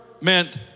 meant